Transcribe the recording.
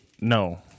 No